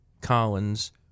Collins